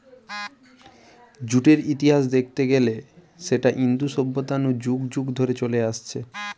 জুটের ইতিহাস দেখতে গিলে সেটা ইন্দু সভ্যতা নু যুগ যুগ ধরে চলে আসছে